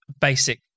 basic